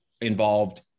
involved